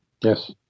Yes